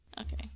Okay